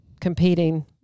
competing